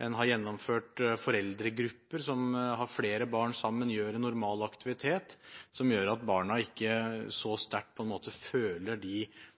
en har gjennomført foreldregrupper, der man har flere barn sammen, og hvor man gjør en normal aktivitet, som gjør at barna ikke føler så